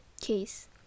case